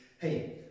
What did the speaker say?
hey